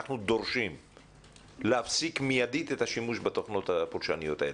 אנחנו דורשים להפסיק מידית את השימוש בתוכנות הפולשניות האלה.